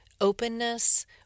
Openness